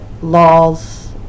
laws